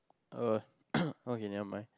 uh okay nevermind